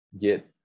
get